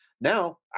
Now